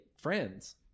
friends